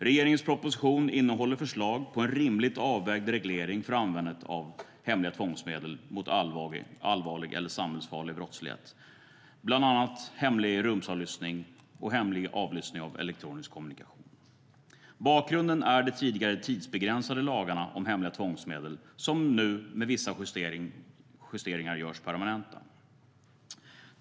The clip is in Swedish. Regeringens proposition innehåller förslag på en rimligt avvägd reglering för användandet av hemliga tvångsmedel mot allvarlig eller samhällsfarlig brottslighet, bland annat hemlig rumsavlyssning och hemlig avlyssning av elektronisk kommunikation. Bakgrunden är de tidigare tidsbegränsade lagarna om hemliga tvångsmedel, som nu med vissa justeringar görs permanenta.